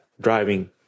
driving